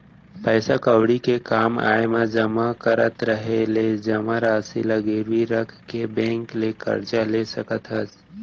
पइसा कउड़ी के काम आय म जमा करत रहें ले जमा रासि ल गिरवी रख के बेंक ले करजा ले सकत हस